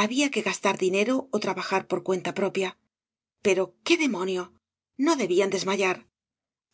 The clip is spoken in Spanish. había que gastar dinero ó trabajar por cuenta propia pero jqué demonio no debían desmayar